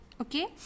okay